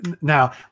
now